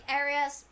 areas